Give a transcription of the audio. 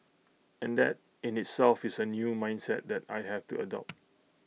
and that in itself is A new mindset that I have to adopt